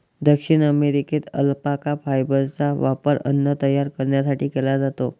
दक्षिण अमेरिकेत अल्पाका फायबरचा वापर अन्न तयार करण्यासाठी केला जातो